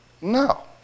No